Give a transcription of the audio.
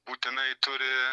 būtinai turi